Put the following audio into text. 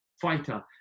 fighter